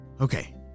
Okay